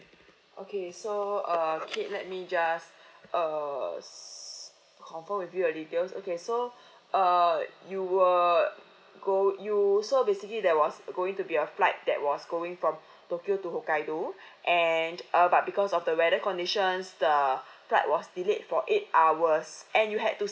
okay so uh kate let me just err confirm with you the details okay so uh you were go you so basically there was going to be a flight that was going from tokyo to hokkaido and err but because of the weather conditions the flight was delayed for eight hours and you had to